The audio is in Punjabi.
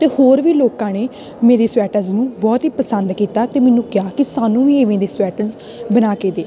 ਅਤੇ ਹੋਰ ਵੀ ਲੋਕਾਂ ਨੇ ਮੇਰੇ ਸਵੈਟਰਜ਼ ਨੂੰ ਬਹੁਤ ਹੀ ਪਸੰਦ ਕੀਤਾ ਅਤੇ ਮੈਨੂੰ ਕਿਹਾ ਕਿ ਸਾਨੂੰ ਵੀ ਇਵੇਂ ਦੇ ਸਵੈਟਰਜ਼ ਬਣਾ ਕੇ ਦੇ